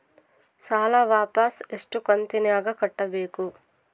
ಸಾಲ ವಾಪಸ್ ಎಷ್ಟು ಕಂತಿನ್ಯಾಗ ಕಟ್ಟಬೇಕು?